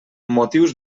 motius